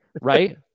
Right